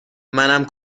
منم